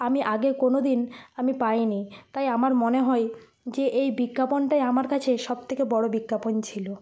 আমি আগে কোনোদিন আমি পাইনি তাই আমার মনে হয় যে এই বিজ্ঞাপনটাই আমার কাছে সব থেকে বড় বিজ্ঞাপন ছিল